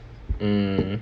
mm